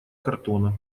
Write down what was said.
картона